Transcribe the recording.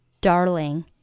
darling